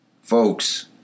Folks